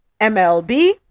MLB